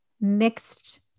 mixed